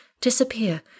disappear